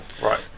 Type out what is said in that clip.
right